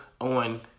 on